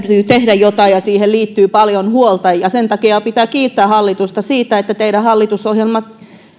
tehdä jotain ja niihin liittyy paljon huolta sen takia täytyy kiittää hallitusta siitä että teidän